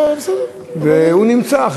והוא נמצא.